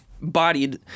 bodied